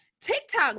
TikTok